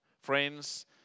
Friends